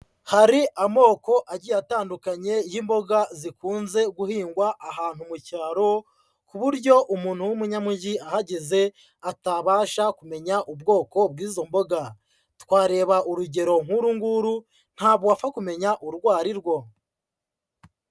Hari amoko agiye atandukanye y'imboga zikunze guhingwa ahantu mu cyaro ku buryo umuntu w'umunyamugi ahageze atabasha kumenya ubwoko bw'izo mboga. Twareba urugero nk'uru nguru ntabwo wapfa kumenya urwo ari rwo.